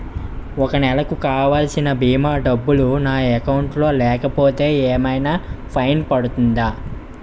ఒక నెలకు కావాల్సిన భీమా డబ్బులు నా అకౌంట్ లో లేకపోతే ఏమైనా ఫైన్ పడుతుందా?